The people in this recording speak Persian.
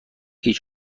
هیچ